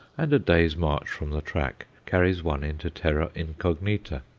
and a day's march from the track carries one into terra incognita.